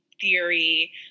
theory